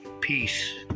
peace